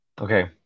Okay